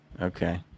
Okay